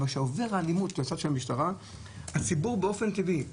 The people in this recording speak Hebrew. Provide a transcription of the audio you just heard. אבל כשעוברת האלימות למשטרה הציבור באופן טבעי,